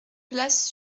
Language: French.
place